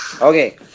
Okay